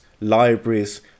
libraries